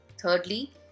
Thirdly